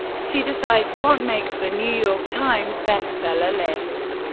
she decides what makes the new york times best seller lists.